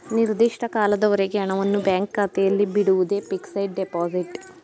ನಿರ್ದಿಷ್ಟ ಕಾಲದವರೆಗೆ ಹಣವನ್ನು ಬ್ಯಾಂಕ್ ಖಾತೆಯಲ್ಲಿ ಬಿಡುವುದೇ ಫಿಕ್ಸಡ್ ಡೆಪೋಸಿಟ್